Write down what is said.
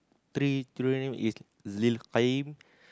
three name is